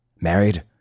Married